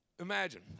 Imagine